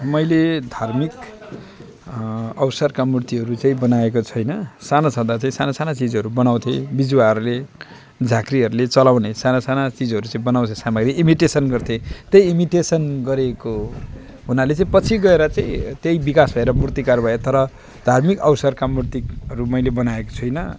मैले धार्मिक अवसरका मूर्तिहरू चाहिँ बनाएको छैन सानो छँदा चाहिँ साना साना चिजहरू बनाउँथेँ बिजवाहरूले झाँक्रीहरूले चलाउने साना साना चिजहरू चाहिँ बनाउँथेँ मैले इमिटेसन गर्थेँ त्यही इमिटेसन गरेको हुनाले चाहिँ पछि गएर चाहिँ त्यही विकास भएर मूर्तिकार भएँ तर धार्मिक अवसरका मूर्तिहरू मैले बनाएको छुइनँ